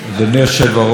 רבותיי השרים,